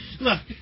Look